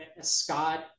Scott